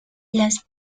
las